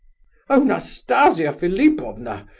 oh, nastasia philipovna!